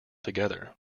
together